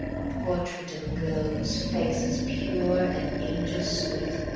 a portrait of a girl whose face is pure and angel-sweet.